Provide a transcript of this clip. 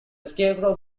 scarecrow